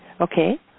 Okay